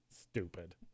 stupid